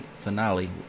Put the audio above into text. finale